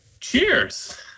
Cheers